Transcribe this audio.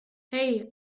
hey